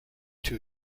two